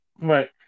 Right